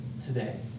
today